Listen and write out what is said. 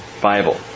Bible